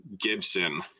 Gibson